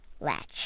latch